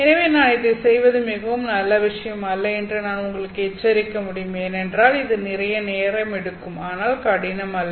எனவே நான் இதைச் செய்வது மிகவும் நல்ல விஷயம் அல்ல என்று நான் உங்களுக்கு எச்சரிக்க முடியும் ஏனென்றால் இது நிறைய நேரம் எடுக்கும் ஆனால் கடினம் அல்ல